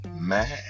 mad